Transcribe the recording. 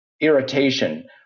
irritation